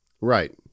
Right